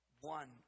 one